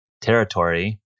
territory